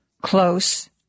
close